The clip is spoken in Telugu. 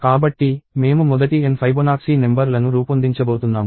కాబట్టి మేము మొదటి n ఫైబొనాక్సీ నెంబర్ లను రూపొందించబోతున్నాము